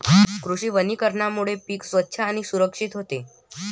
कृषी वनीकरणामुळे पीक स्वच्छ आणि सुरक्षित होते